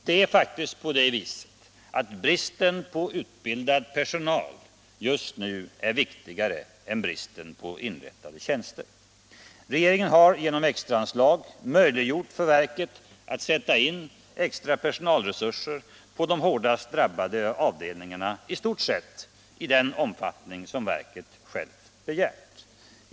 Det är faktiskt på det viset att bristen på utbildad personal just nu är viktigare än bristen på inrättade tjänster. Regeringen har genom extra anslag möjliggjort för verket att sätta in extra personalresurser på de hårdast drabbade avdelning arna, i stort sett i den omfattning som verket självt begärt.